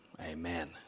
Amen